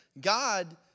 God